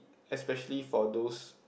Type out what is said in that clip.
especially for those